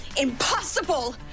impossible